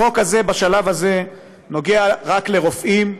החוק הזה בשלב הזה נוגע רק לרופאים,